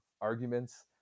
arguments